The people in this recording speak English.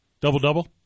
Double-double